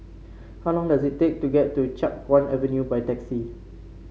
how long does it take to get to Chiap Guan Avenue by taxi